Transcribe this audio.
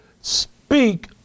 speak